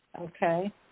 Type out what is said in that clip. Okay